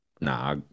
Nah